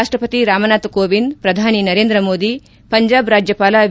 ರಾಷ್ಟಪತಿ ರಾಮನಾಥ ಕೋವಿಂದ್ ಪ್ರಧಾನಿ ನರೇಂದ್ರ ಮೋದಿ ಪಂಜಾಬ್ ರಾಜ್ಯಪಾಲ ವಿ